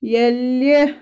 ییٚلہِ